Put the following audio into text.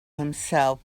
himself